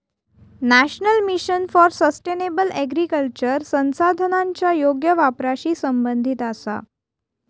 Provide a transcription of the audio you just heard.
national mission for sustainable agriculture संसाधनांच्या योग्य वापराशी संबंधित आसा